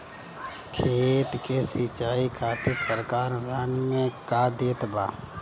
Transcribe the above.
खेत के सिचाई खातिर सरकार अनुदान में का देत बा?